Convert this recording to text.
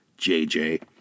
JJ